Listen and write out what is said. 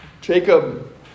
Jacob